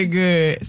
good